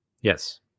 Yes